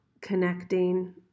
connecting